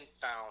found